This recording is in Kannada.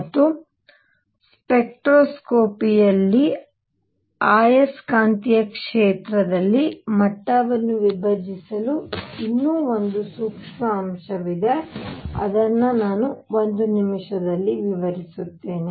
ಮತ್ತು ಸ್ಪೆಕ್ಟ್ರೋಸ್ಕೋಪಿ ಯಲ್ಲಿ ಆಯಸ್ಕಾಂತೀಯ ಕ್ಷೇತ್ರದಲ್ಲಿ ಮಟ್ಟವನ್ನು ವಿಭಜಿಸಲು ಇನ್ನೂ ಒಂದು ಸೂಕ್ಷ್ಮ ಅಂಶವಿದೆ ಅದನ್ನು ನಾನು ಒಂದು ನಿಮಿಷದಲ್ಲಿ ವಿವರಿಸುತ್ತೇನೆ